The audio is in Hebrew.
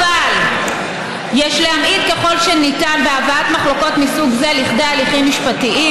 אבל יש להמעיט ככל שניתן בהבאת מחלוקות מסוג זה לכדי הליכים משפטיים.